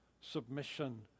submission